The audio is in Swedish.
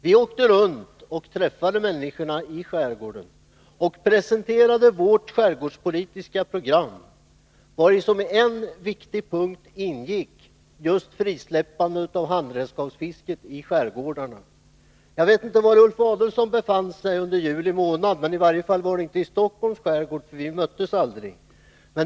Vi åkte omkring i skärgården och träffade människorna där och presenterade vårt skärgårdspolitiska program, vari som en viktig punkt ingick just frisläppandet av handredskapsfisket i skärgårdarna. Jag vet inte var Ulf Adelsohn befann sig under juli månad, men han var i varje fall inte i Stockholms skärgård, för vi möttes aldrig.